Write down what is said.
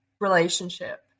relationship